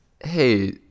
hey